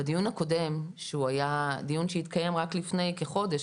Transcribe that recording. בדיון הקודם שהתקיים רק לפני כחודש,